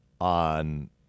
on